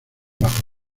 bajo